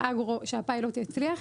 שהפיילוט יצליח,